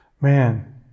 Man